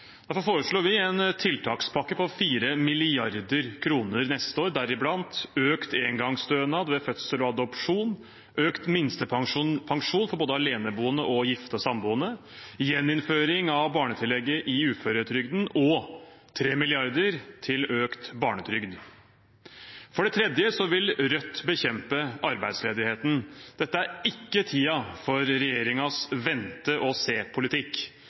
Derfor foreslår vi en tiltakspakke på 4 mrd. kr neste år, deriblant økt engangsstønad ved fødsel og adopsjon, økt minstepensjon for både aleneboende, gifte og samboende, gjeninnføring av barnetillegget i uføretrygden og 3 mrd. kr til økt barnetrygd. For det tredje vil Rødt bekjempe arbeidsledigheten. Dette er ikke tiden for regjeringens vente-og-se-politikk. Rødt foreslår i stedet både å